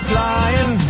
flying